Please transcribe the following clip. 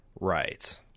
Right